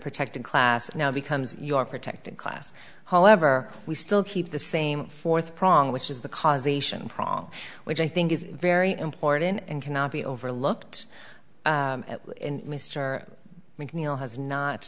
protected class now becomes your protected class however we still keep the same fourth prong which is the causation prong which i think is very important and cannot be overlooked mr mcneill has not